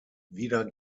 wieder